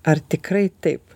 ar tikrai taip